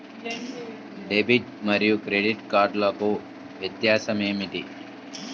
Debit మరియు credit కార్డ్లకు వ్యత్యాసమేమిటీ?